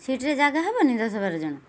ସିଟ୍ରେ ଜାଗା ହବନି ଦଶ ବାର ଜଣ